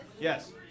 Yes